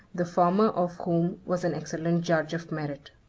the former of whom was an excellent judge of merit.